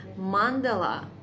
mandala